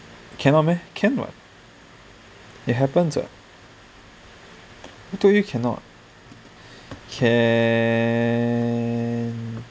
cannot meh can what it happens !wah! who told you cannot can